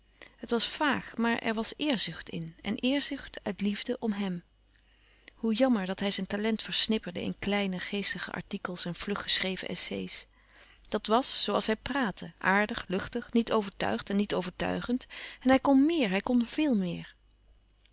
het was vaag maar er was eerzucht in en eerzucht uit liefde om hèm hoe jammer dat hij zijn talent versnipperde in kleine geestige artikels en vlug geschreven essais dat was zoo als hij praatte aardig luchtig niet overtuigd en niet overtuigend en hij kon meer hij kon veel meer